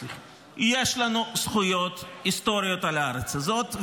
יש לנו זכויות היסטוריות על הארץ הזאת,